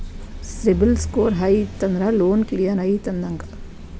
CIBIL score high ಇತ್ತಂದ್ರ loan clear ಐತಿ ಅಂದಂಗ